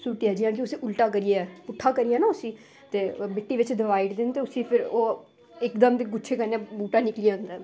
सूटियै जियां कि उसी उल्टा करियै पट्ठा करियै ना उसी ते मिट्टी बिच्च दबाई ओड़दे न ते उसी फिर ओह् इकदम ते गुच्छे कन्नै बूह्टा निकली जंदा